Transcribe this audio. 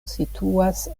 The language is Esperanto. situas